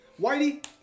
Whitey